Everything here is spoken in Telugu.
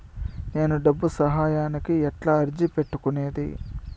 నేను డబ్బు సహాయానికి ఎట్లా అర్జీ పెట్టుకునేది?